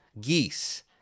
geese